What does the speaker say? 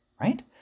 right